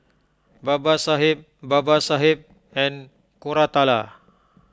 Babasaheb Babasaheb and Koratala